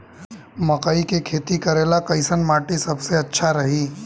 मकई के खेती करेला कैसन माटी सबसे अच्छा रही?